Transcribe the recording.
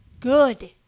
Good